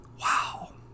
Wow